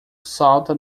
salta